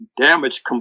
damage